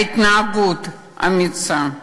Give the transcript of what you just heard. על התנהגות אמיצה.